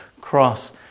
cross